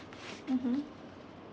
mmhmm